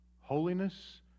Holiness